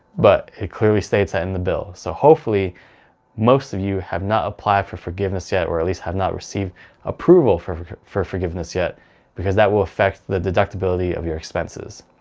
but it clearly states that in the bill. so hopefully most of you have not applied for forgiveness yet or at least have not received approval for for forgiveness yet because that will affect the deductibility of your expenses.